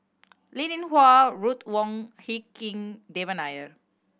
Linn In Hua Ruth Wong Hie King Devan Nair